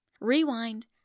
Rewind